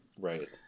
Right